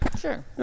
Sure